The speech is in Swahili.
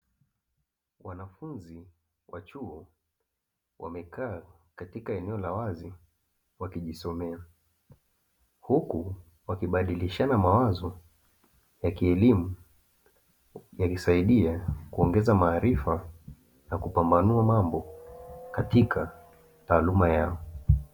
Wanafunzi wa chuo wamekaa katika eneo la wazi wakijisomea, huku wakibadilishana mawazo ya kielimu yakisaidia kuongeza maarifa na kupambanua mambo katika taaluma yao.